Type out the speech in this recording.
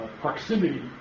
proximity